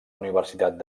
universitat